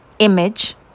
image